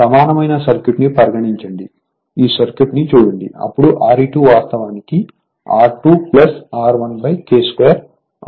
సమానమైన సర్క్యూట్ ని పరిగణించండి ఈ సర్క్యూట్ ని చూడండి అప్పుడు Re2 వాస్తవానికి R2 R1K 2 అవుతుంది